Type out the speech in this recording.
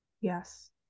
Yes